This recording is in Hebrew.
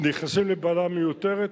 נכנסים לבהלה מיותרת.